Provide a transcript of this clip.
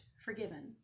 forgiven